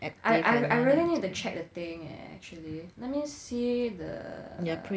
I I I don't know how to check the thing eh actually let me see the